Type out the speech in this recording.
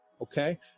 okay